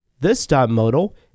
this.modal